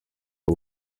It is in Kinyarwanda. aho